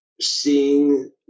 seeing